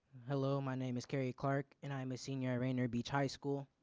hello my name is kerri clark and i'm a senior rainier beach high school.